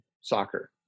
soccer